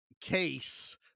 case